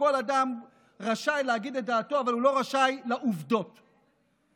כל אדם רשאי להגיד את דעתו אבל הוא לא רשאי לעובדות משלו.